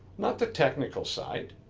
not the technical side,